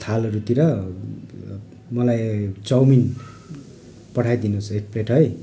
थालहरूतिर मलाई चाउमिन पठाइदिनुहोस् है एक प्लेट है